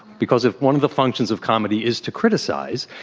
because if one of the functions of comedy is to criticize,